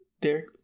Derek